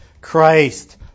Christ